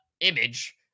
image